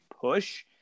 push